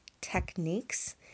techniques